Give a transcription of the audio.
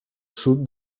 sud